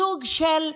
בסוג של,